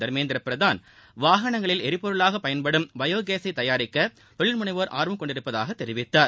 தர்மேந்திர பிரதான் வாகனங்களில் எரிபொருளாக பயன்படுத்தும் பயோ கேஸை தயாரிக்க தொழில்முனைவோர் ஆர்வம் கொண்டுள்ளதாக தெரிவித்தார்